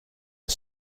are